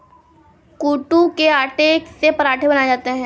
कूटू के आटे से पराठे बनाये जाते है